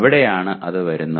അവിടെയാണ് അത് വരുന്നത്